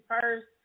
first